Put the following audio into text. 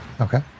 Okay